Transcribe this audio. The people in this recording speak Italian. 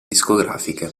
discografiche